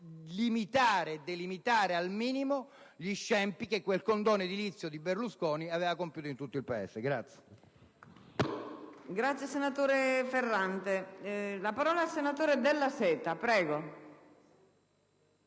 cercò di limitare al minimo gli scempi che quel condono edilizio di Berlusconi aveva compiuto in tutto il Paese.